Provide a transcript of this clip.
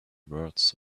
word